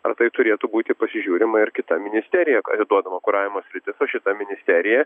ar tai turėtų būti pasižiūrima ir kita ministerija atiduodama kuravimo sritis o šita ministerija